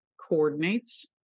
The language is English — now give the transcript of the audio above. coordinates